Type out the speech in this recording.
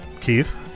Keith